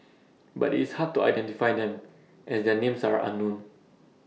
but IT is hard to identify them as their names are unknown